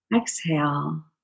Exhale